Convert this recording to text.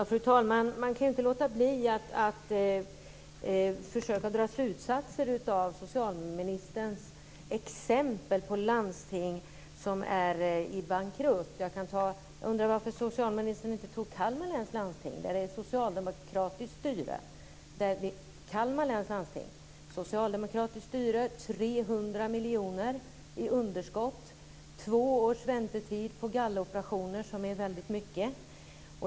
Fru talman! Man kan inte låta bli att försöka dra slutsatser av socialministerns exempel på bankrutta landsting. Jag undrar varför socialministern inte tog Kalmar läns landsting, där det är socialdemokratiskt styre, 300 miljoner i underskott och två års väntetid på galloperationer, vilket är väldigt mycket.